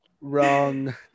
Wrong